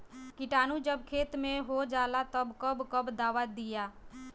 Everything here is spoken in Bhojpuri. किटानु जब खेत मे होजाला तब कब कब दावा दिया?